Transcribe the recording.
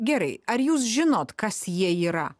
gerai ar jūs žinot kas jie yra